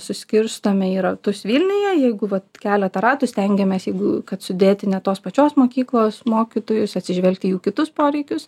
suskirstome į ratus vilniuje jeigu vat keletą ratų stengiamės jeigu kad sudėti ne tos pačios mokyklos mokytojus atsižvelgti į jų kitus poreikius